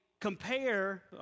compare